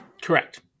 Correct